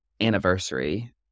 anniversary